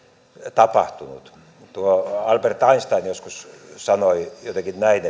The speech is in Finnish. tapahtunut tuo albert einstein joskus sanoi jotenkin näin